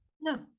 No